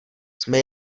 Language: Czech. jsme